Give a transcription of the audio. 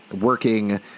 working